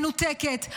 מנותקת,